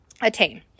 attain